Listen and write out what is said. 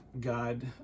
God